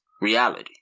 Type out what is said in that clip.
reality